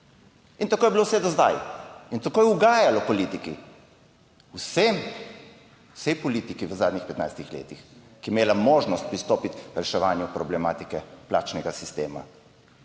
In tako je bilo vse do zdaj. In tako je ugajalo politiki, vsem, vsej politiki v zadnjih 15 letih, ki je imela možnost pristopiti k reševanju problematike plačnega sistema.